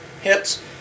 hits